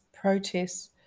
protests